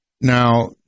Now